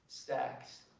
stax